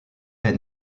est